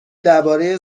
درباره